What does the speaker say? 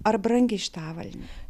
ar brangi šita avalynė